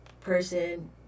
person